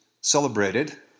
celebrated